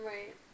Right